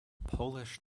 polish